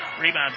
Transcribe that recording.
Rebound